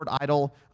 idol